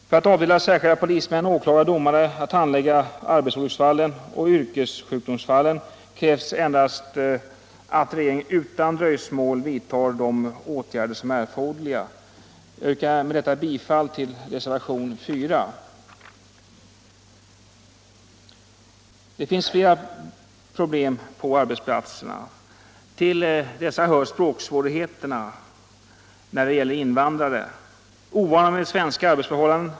För att avdela särskilda polismän, åklagare och domare att handlägga arbetsolycksfallen och vyrkessjukdomsfallen krävs att regeringen utan dröjsmål vidtar de åtgärder som är erforderliga. Det finns flera problem på arbetsplatserna. Till dessa hör språksvårigheterna. Ovana vid svenska arbetsförhållanden.